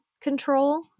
control